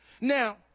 Now